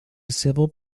civil